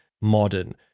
modern